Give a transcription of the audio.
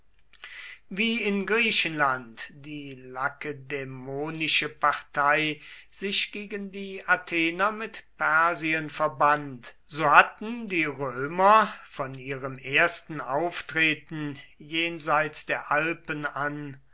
wie in griechenland die lakedämonische partei sich gegen die athener mit persien verband so hatten die römer von ihrem ersten auftreten jenseits der alpen an